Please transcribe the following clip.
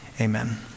amen